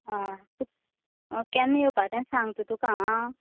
हां केन्ना येवपाचे ते सांगता तुका आं